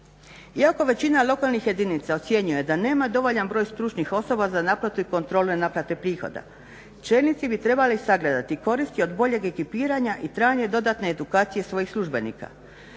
Iako većina lokalnih jedinica ocjenjuje da nema dovoljan broj stručnih osoba za naplatu i kontrole naplate prihoda čelnici bi trebali sagledati i koristi od boljeg ekipiranja i trajanje dodatne edukacije svojih službenika.